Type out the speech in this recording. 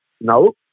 No